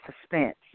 suspense